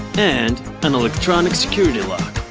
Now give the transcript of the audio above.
and an electronic security lock.